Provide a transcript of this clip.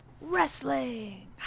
Wrestling